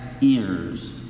ears